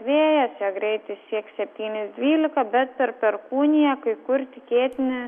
vėjas greitis sieks septynis dvylika bet per perkūniją kai kur tikėtini